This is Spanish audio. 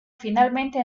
finalmente